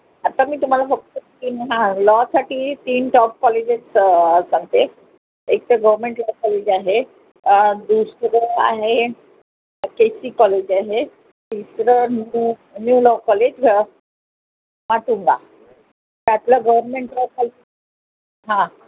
आता मी तुम्हाला फक्त तीन लॉसाठी तीन टॉप कॉलेजेस सांगते एक तर गव्हर्मेंट लॉ कॉलेज आहे दुसरं आहे के सी कॉलेज आहे तिसरं new new law college Matunga त्यातलं गव्हर्मेंट